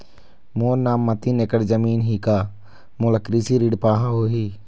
मोर नाम म तीन एकड़ जमीन ही का मोला कृषि ऋण पाहां होही?